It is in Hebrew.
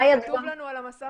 שני דוברים נוספים,